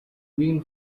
been